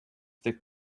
thick